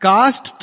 Cast